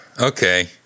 Okay